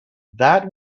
that